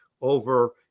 over